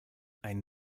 ein